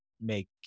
make